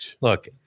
Look